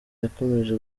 yakomeje